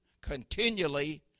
continually